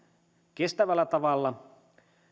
kestävällä tavalla